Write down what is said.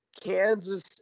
Kansas